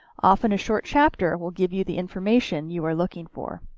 often a short chapter will give you the information you are looking for.